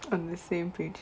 on the same page